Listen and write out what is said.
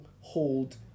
hold